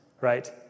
Right